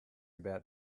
about